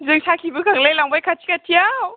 जों साखि बोखांलाय लांबाय खाथि खाथियाव